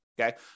Okay